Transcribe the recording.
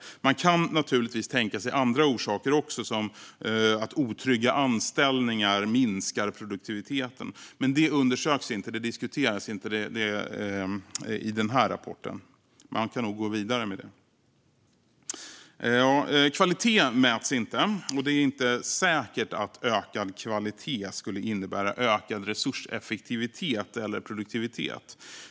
Man kan naturligtvis tänka sig andra orsaker, till exempel att otrygga anställningar minskar produktiviteten. Men det undersöks och diskuteras inte i den här rapporten. Man kan nog gå vidare med den diskussionen. Kvalitet mäts inte, och det är inte säkert att ökad kvalitet innebär ökad resurseffektivitet eller produktivitet.